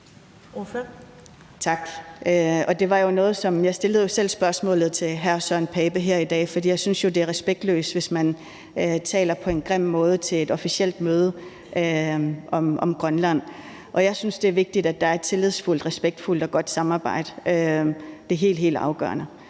Jeg stillede jo selv spørgsmålet til hr. Søren Pape Poulsen her i dag, for jeg synes jo, det er respektløst, hvis man taler på en grim måde til et officielt møde om Grønland. Jeg synes, det er vigtigt, at der er et tillidsfuldt, respektfuldt og godt samarbejde. Det er helt, helt afgørende.